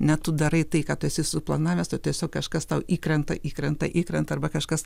ne tu darai tai ką tu esi suplanavęs o tiesiog kažkas tau įkrenta įkrenta įkrenta arba kažkas